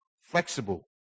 flexible